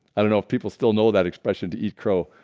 i don't know if people still know that expression to eat crow.